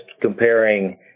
comparing